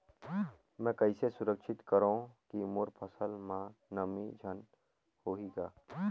मैं कइसे सुरक्षित करो की मोर फसल म नमी झन होही ग?